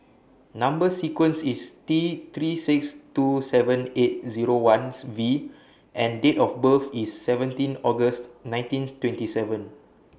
Number sequence IS T three six two seven eight Zero Ones V and Date of birth IS seventeen August nineteen twenty seven